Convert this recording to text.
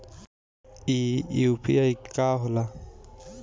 ई यू.पी.आई का होला?